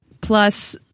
plus